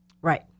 right